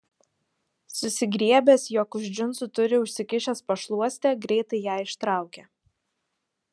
susigriebęs jog už džinsų turi užsikišęs pašluostę greitai ją ištraukė